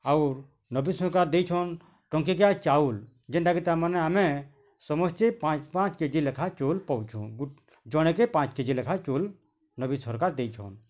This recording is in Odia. ଆଉ ନବୀନ୍ ସରକାର୍ ଦେଇଛନ୍ ଟଙ୍କିକିଆ ଚାଉଲ୍ ଯେନ୍ତା କି ତାର୍ ମାନେ ଆମେ ସମସ୍ତେ ପାଞ୍ଚ ପାଞ୍ଚ କେଜି ଲେଖା ଚଉଲ୍ ପାଉଛୁ ଜଣକେ ପାଞ୍ଚ କେଜି ଲେଖା ଚଉଲ୍ ନବୀନ୍ ସରକାର୍ ଦେଇଛନ୍